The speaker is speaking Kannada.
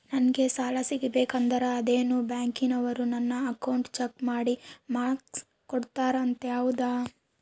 ನಂಗೆ ಸಾಲ ಸಿಗಬೇಕಂದರ ಅದೇನೋ ಬ್ಯಾಂಕನವರು ನನ್ನ ಅಕೌಂಟನ್ನ ಚೆಕ್ ಮಾಡಿ ಮಾರ್ಕ್ಸ್ ಕೊಡ್ತಾರಂತೆ ಹೌದಾ?